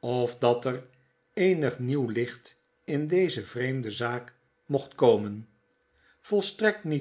ofdatereenig nieuw licht in deze vreemde zaak mocht komen volstrekt niet